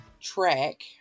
track